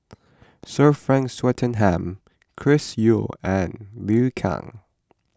Sir Frank Swettenham Chris Yeo and Liu Kang